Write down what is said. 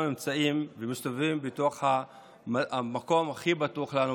נמצאים ומסתובבים בתוך המקום הכי בטוח שלנו,